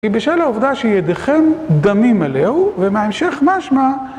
כי בשביל העובדה שידיכם דמים עליהו ומהמשך משמע